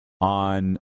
on